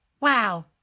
Wow